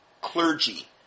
Clergy